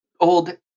old